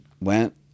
went